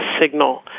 signal